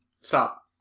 Stop